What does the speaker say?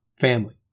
family